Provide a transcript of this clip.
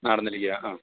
നാടൻ നെല്ലിക്കയാണ് ആ